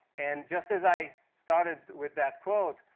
and just as i started with that quote,